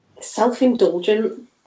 self-indulgent